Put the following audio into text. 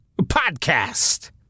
podcast